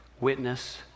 witness